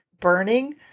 burning